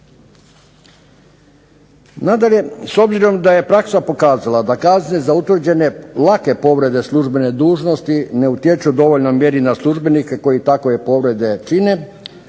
Nadalje, s obzirom da je praksa pokazala da kazne za utvrđene lake povrede službene dužnosti ne utječu dovoljnoj mjeri na službenika koji takve povrede čine